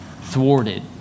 thwarted